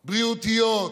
בריאותיות.